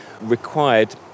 required